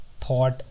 thought